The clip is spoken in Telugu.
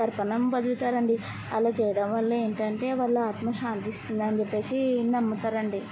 తర్పణం వదులుతారండి అలా చేయడం వల్ల ఏంటంటే వాళ్ళ ఆత్మ శాంతిస్తుందని చెప్పేసి నమ్ముతారండి